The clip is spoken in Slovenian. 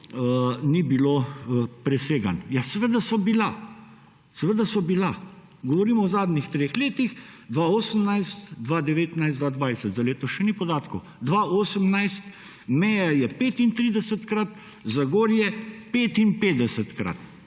ni bilo preseganj. Ja, seveda so bila. Govorim o zadnjih treh letih – 2018, 2019, 2020. Za letos še ni podatkov. Leto 2018, meja je 35-krat, Zagorje – 55-krat,